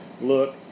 Look